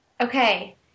Okay